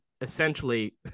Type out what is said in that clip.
essentially